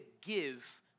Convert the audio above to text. give